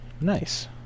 Nice